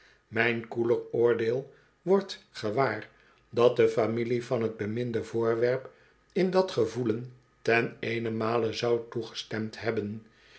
mijn koeler oordeel wordt gewaar dat de familie van t beminde voorwerp in dat gevoelen ten eenenmale zou toegestemd hebben